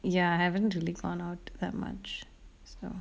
ya I haven't really gone out that much so